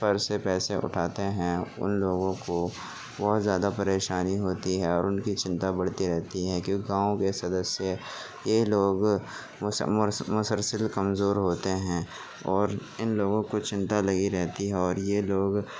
پر سے پیسے اٹھاتے ہیں ان لوگوں کو بہت زیادہ پریشانی ہوتی ہے اور ان کی چنتا بڑھتی رہتی ہے كیوںكہ گاؤں كے سدسیہ یہ لوگ مسلسل کمزور ہوتے ہیں اور ان لوگوں کو چنتا لگی رہتی ہے اور یہ لوگ